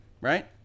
right